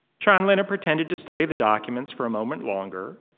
chanlina pretended to study the documents for a moment longer.